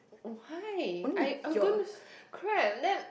oh hi I'm I'm gonna crap